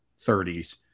30s